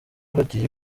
hagiye